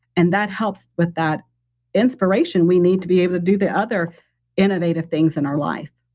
and that helps with that inspiration we need to be able to do the other innovative things in our life.